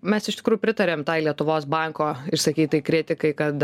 mes iš tikrųjų pritariam tai lietuvos banko išsakytai kritikai kad